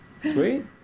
Sweet